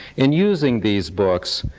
in using these books,